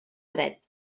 dret